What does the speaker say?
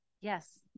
Yes